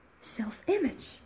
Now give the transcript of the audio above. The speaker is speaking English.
self-image